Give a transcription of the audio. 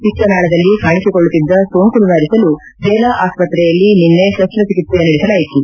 ಪಿತ್ತನಾಳದಲ್ಲಿ ಕಾಣಿಸಿಕೊಳ್ಳುತ್ತಿದ್ದ ಸೋಂಕು ನಿವಾರಿಸಲು ರೇಲಾ ಆಸ್ಪತ್ತೆಯಲ್ಲಿ ನಿನ್ನೆ ಶಸ್ತ ಚಿಕಿತ್ಲೆ ನಡೆಸಲಾಯಿತು